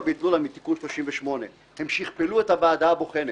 ואטלולא מתיקון 38. הם שכפלו את הוועדה הבוחנת.